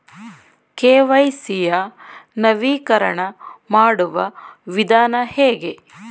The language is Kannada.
ಕೆ.ವೈ.ಸಿ ಯ ನವೀಕರಣ ಮಾಡುವ ವಿಧಾನ ಹೇಗೆ?